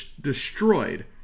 destroyed